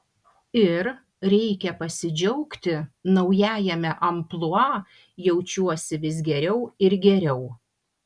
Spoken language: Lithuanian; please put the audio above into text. ir reikia pasidžiaugti naujajame amplua jaučiuosi vis geriau ir geriau